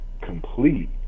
complete